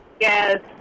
yes